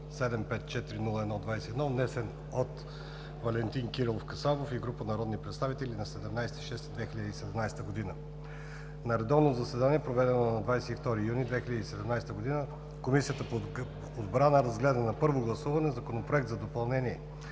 754-01-21, внесен от Валентин Кирилов Касабов и група народни представители на 14 юни 2017 г. На редовно заседание, проведено на 22 юни 2017 г., Комисията по отбрана разгледа на първо гласуване Законопроект за допълнение